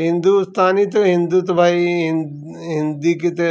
हिंदुस्तानी तो हिंदू तो भाई हिंदी की ते